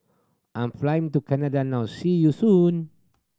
I'm flying to Canada now see you soon